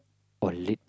or late